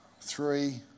three